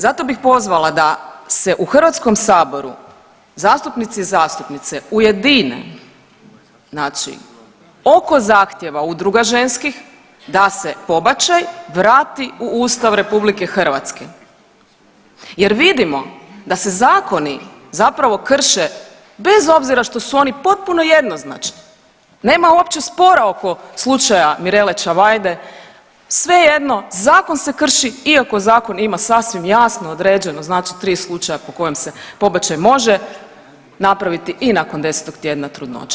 Zato bih pozvala da se u HS-u zastupnici i zastupnice ujedine znači oko zahtjeva udruga ženskih da se pobačaj vrati u Ustav RH jer vidimo da se zakoni zapravo krše bez obzira što su oni potpuno jednoznačni, nema uopće spora oko slučaja Mirele Čavajde, svejedno zakon se krši iako zakon ima sasvim jasno određeno, znači 3 slučaja po kojem se pobačaj može napraviti i nakon 10. tjedna trudnoće.